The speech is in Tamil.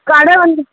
கடை வந்து